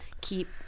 keep